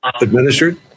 administered